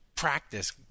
Practice